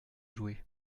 jouer